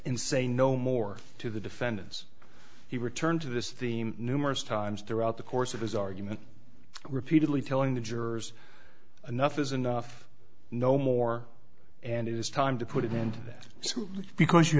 in say no more to the defendants he returned to this theme numerous times throughout the course of his argument repeatedly telling the jurors enough is enough no more and it is time to put it into that suit because you